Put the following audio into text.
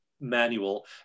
manual